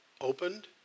opened